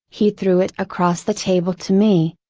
he threw it across the table to me,